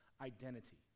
identity